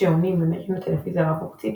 שעונים, ממירים לטלוויזיה רב-ערוצית